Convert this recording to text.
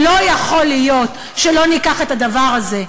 לא יכול להיות שלא ניקח את הדבר הזה,